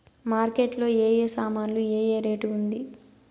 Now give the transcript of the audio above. Market లో ఏ ఏ సామాన్లు ఏ ఏ రేటు ఉంది?